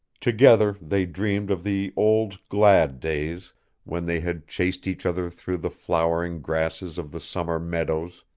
together they dreamed of the old glad days when they had chased each other through the flowering grasses of the summer meadows,